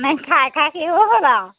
মানে খাই খাই শেষ হৈ গ'ল আৰু